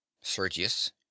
sergius